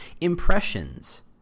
Impressions